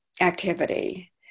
activity